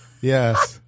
Yes